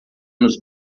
nos